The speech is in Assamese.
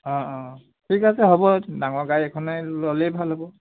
অঁ অঁ ঠিক আছে হ'ব ডাঙৰ গাড়ী এখনেই ল'লেই ভাল হ'ব